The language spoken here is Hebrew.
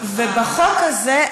ובחוק הזה,